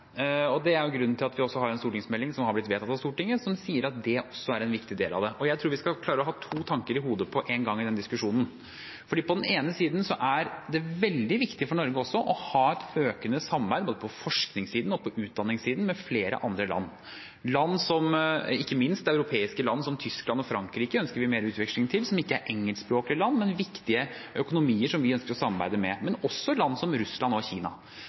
grunnen til at vi også har en stortingsmelding som har blitt vedtatt av Stortinget, som sier at det også er en viktig del av det. Jeg tror vi skal klare å ha to tanker i hodet på en gang i denne diskusjonen. På den ene siden er det veldig viktig for Norge også å ha et økende samarbeid både på forskningssiden og på utdanningssiden med flere andre land. Ikke minst europeiske land som Tyskland og Frankrike ønsker vi mer utveksling til, land som ikke er engelskspråklige, men som er viktige økonomier vi ønsker å samarbeide med, og også land som Russland og Kina.